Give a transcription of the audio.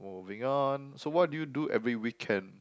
moving on so what do you do every weekend